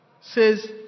says